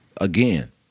Again